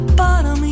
bottom